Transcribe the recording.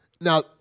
Now